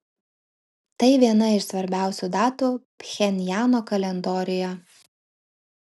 tai viena iš svarbiausių datų pchenjano kalendoriuje